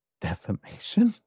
defamation